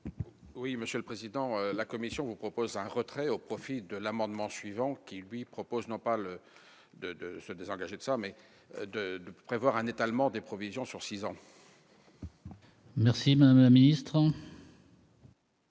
Oui, Monsieur le Président, la commission vous propose un retrait au profit de l'amendement suivant qui lui propose, non pas le de de se désengager de sa mais de prévoir un étalement des provisions sur 6 ans. Merci madame la ministre.